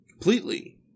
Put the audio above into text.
completely